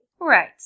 Right